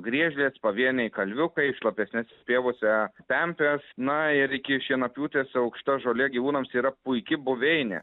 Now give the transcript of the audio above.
griežlės pavieniai kalviukai šlapesnese pievose pempės na ir iki šienapjūtės aukšta žolė gyvūnams yra puiki buveinė